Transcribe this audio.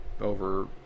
over